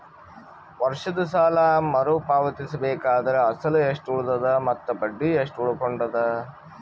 ವರ್ಷದ ಸಾಲಾ ಮರು ಪಾವತಿಸಬೇಕಾದರ ಅಸಲ ಎಷ್ಟ ಉಳದದ ಮತ್ತ ಬಡ್ಡಿ ಎಷ್ಟ ಉಳಕೊಂಡದ?